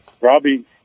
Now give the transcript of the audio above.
Robbie